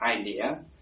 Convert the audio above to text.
idea